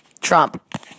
Trump